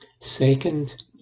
Second